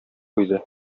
куйды